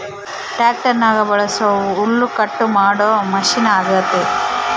ಟ್ಯಾಕ್ಟರ್ನಗ ಬಳಸೊ ಹುಲ್ಲುಕಟ್ಟು ಮಾಡೊ ಮಷಿನ ಅಗ್ಯತೆ